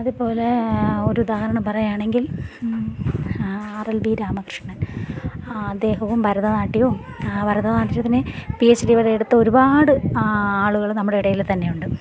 അതുപോലെ ഒരുദാഹരണം പറയുകയാണെങ്കിൽ ആർ എൽ ബി രാമകൃഷണൻ അദ്ദേഹവും ഭാരതനാട്യവും ഭരതനാട്യത്തിന് പി എച്ച ഡി വരെ എടുത്ത ഒരുപാട് ആളുകൾ നമ്മുടെ ഇടയിൽ തന്നെയുണ്ട്